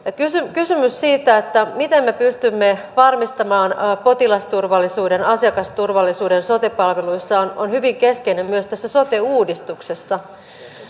kysymys siitä miten me pystymme varmistamaan potilasturvallisuuden asiakasturvallisuuden sote palveluissa on hyvin keskeinen myös tässä sote uudistuksessa